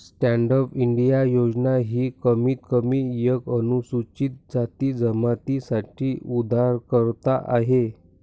stand up India योजना ही कमीत कमी एक अनुसूचित जाती जमाती साठी उधारकर्ता आहे